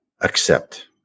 accept